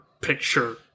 picture